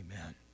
Amen